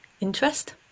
interest